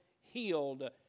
healed